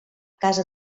casa